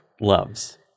Loves